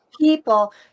People